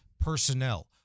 personnel